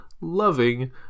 loving